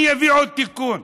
אני אביא עוד תיקון.